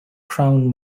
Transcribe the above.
crann